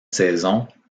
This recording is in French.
saison